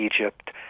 Egypt